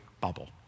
bubble